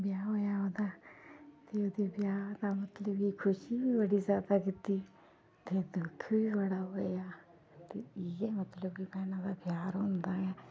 ब्याह् होएआ ओह्दा ते ओह्दे ब्याह् दा मतलब कि खुशी बी बड़ी ज्यादा कीती ते दुख बी बड़ा ज्यादा होएआ इ'यै मतलब कि भैनें दा प्यार होंदा गै